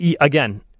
Again